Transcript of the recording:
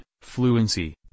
fluency